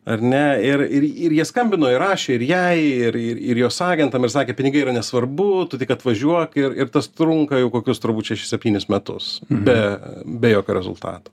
ar ne ir ir ir jie skambino įrašė ir jai ir ir ir jos agentam ir sakė pinigai yra nesvarbu tu tik atvažiuok ir ir tas trunka jau kokius turbūt šešis septynis metus be be jokio rezultato